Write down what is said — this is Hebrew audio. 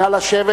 נא לשבת.